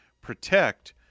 protect